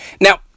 Now